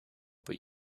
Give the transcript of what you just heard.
but